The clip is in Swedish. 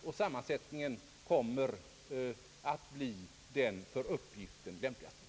Dess sammansättning kommer att bli den för uppgiften lämpligaste.